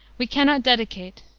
we cannot dedicate,